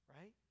Right